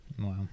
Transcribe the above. Wow